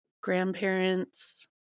grandparents